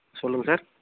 சொல்லுங்கள் சார்